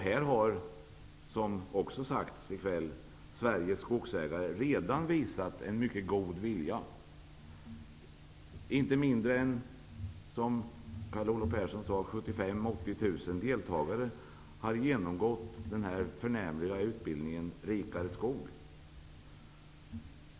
Här har, som också sagts i kväll, Sveriges skogsägare redan visat en mycket god vilja. Som Carl Olov Persson sade har inte mindre 75 000--80 000 deltagare genomgått den förnämliga utbildningen Rikare skog.